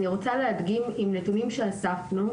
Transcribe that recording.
אני רוצה להדגים עם נתונים שאספנו.